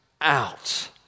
out